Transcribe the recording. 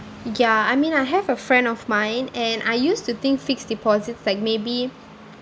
ya I mean I have a friend of mine and I used to think fixed deposits like maybe